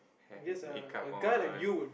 have his makeup on